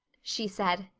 she said.